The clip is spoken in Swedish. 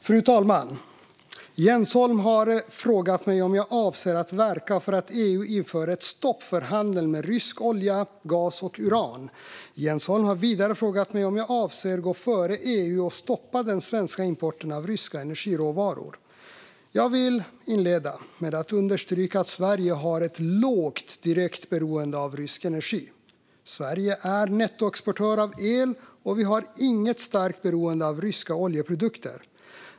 Fru talman! Jens Holm har frågat mig om jag avser att verka för att EU inför ett stopp för handeln med rysk olja, gas och uran. Jens Holm har vidare frågat mig om jag avser att gå före EU och stoppa den svenska importen av ryska energiråvaror. Jag vill inleda med att understryka att Sverige har ett lågt direkt beroende av rysk energi. Sverige är nettoexportör av el, och vi har inget starkt beroende av ryska oljeprodukter.